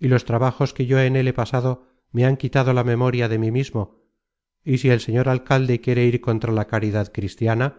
y los trabajos que yo en él he pasado me han quitado la memoria de mí mismo y si el señor alcalde quiere ir contra la caridad cristiana